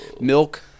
milk